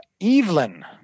Evelyn